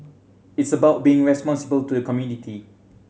it's about being responsible to the community